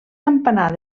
campanar